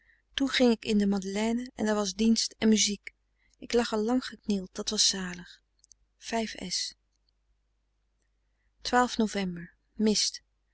ging ik in de madeleine en daar was dienst en muziek ik lag er lang geknield dat was zalig ov ist